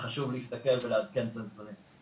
וחשוב מאוד להסתכל ולעדכן את הדברים.